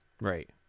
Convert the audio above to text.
Right